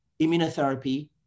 immunotherapy